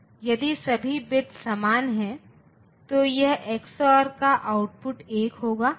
लेकिन सर्किट के आउटपुट चरणों के लिए कई मामलों में हम टीटीएल लॉजिक के लिए भी जाते हैं